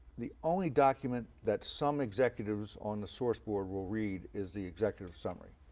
the only document that some executives on the source board will read is the executive summary.